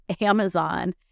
amazon